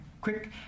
quick